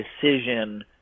decision